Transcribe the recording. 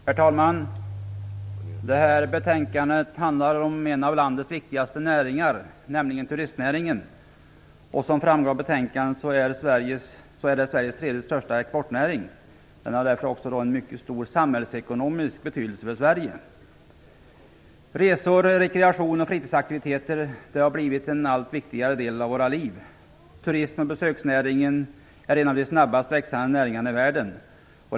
Herr talman! Detta betänkande handlar om en av landets viktigaste näringar, nämligen turistnäringen. Som framgår av betänkandet är den Sveriges tredje största exportnäring. Den har därför också en mycket stor samhällsekonomisk betydelse för Sverige. Resor, rekreation och fritidsaktiviteter har blivit en allt viktigare del av våra liv. Turism och besöksnäringen är en av de snabbast växande näringarna i världen.